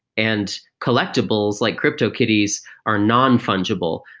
and collectibles like cryptokitties are nonfungible.